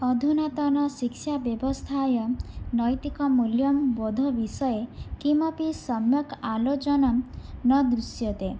अधुनातनशिक्षाव्यवस्थायां नैतिकमौल्यबोधविषये किमपि सम्यक् आलोचनं न दृश्यते